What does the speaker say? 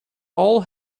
all